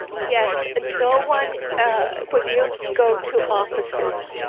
yes. and no one. ah when you go to offices,